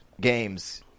games